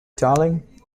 darling